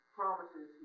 promises